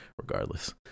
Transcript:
regardless